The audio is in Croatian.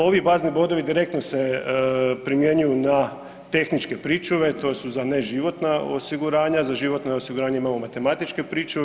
Ovi bazni bodovi direktno se primjenjuju na tehničke pričuve to su za neživotna osiguranja, za životna osiguranja imamo matematičke pričuve.